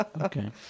Okay